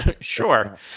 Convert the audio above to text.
Sure